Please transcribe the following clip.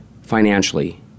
financially